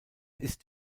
ist